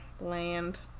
land